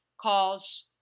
calls